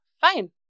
fine